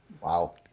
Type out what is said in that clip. Wow